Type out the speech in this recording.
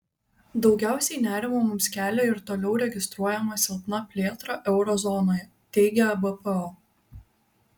daugiausiai nerimo mums kelia ir toliau registruojama silpna plėtra euro zonoje teigia ebpo